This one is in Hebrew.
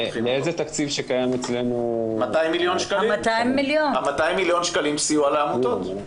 מאיזה תקציב שקיים אצלנו --- ה-200 מלש"ח סיוע לעמותות.